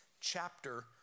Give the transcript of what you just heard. chapter